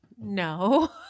No